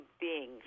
beings